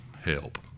help